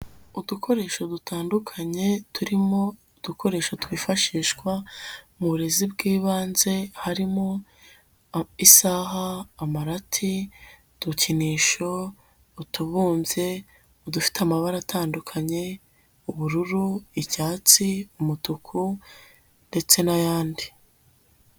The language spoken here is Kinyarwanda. Udukoresho dutandukanye turimo udukoresho twifashishwa mu burezi bw'ibanze harimo isaha, amarati, udukinisho, utubumbye, udufite amabara atandukanye ubururu, icyatsi, umutuku ndetse n'ayandi.